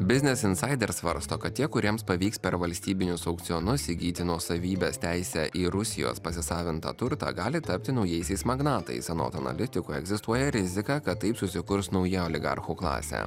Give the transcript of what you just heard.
biznis insaider svarsto kad tie kuriems pavyks per valstybinius aukcionus įgyti nuosavybės teisę į rusijos pasisavintą turtą gali tapti naujaisiais magnatais anot analitikų egzistuoja rizika kad taip susikurs nauja oligarchų klasė